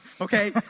okay